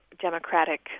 democratic